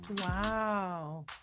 Wow